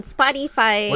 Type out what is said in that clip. Spotify